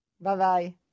bye-bye